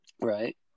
Right